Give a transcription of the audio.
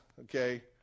okay